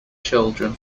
children